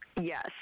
Yes